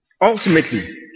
ultimately